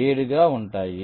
7 గా ఉంటాయి